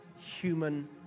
human